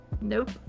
nope